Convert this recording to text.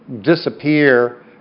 disappear